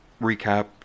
recap